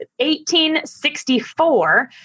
1864